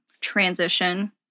transition